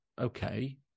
okay